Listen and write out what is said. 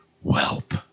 whelp